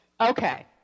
Okay